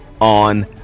on